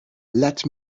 let